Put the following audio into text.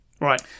Right